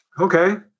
Okay